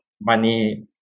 money